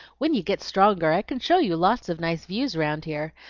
when you get stronger i can show you lots of nice views round here.